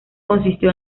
consistió